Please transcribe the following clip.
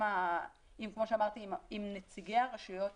נציגי הרשויות